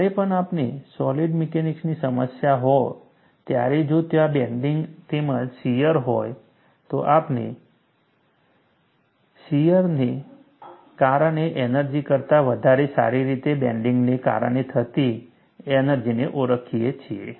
જ્યારે પણ આપણને સોલિડ મિકેનિક્સની સમસ્યા હોય ત્યારે જો ત્યાં બેન્ડિંગ તેમજ શિયર હોય તો આપણે શિયરને કારણે એનર્જી કરતાં વધારે સારી રીતે બેન્ડિંગને કારણે થતી એનર્જીને ઓળખી શકીએ છીએ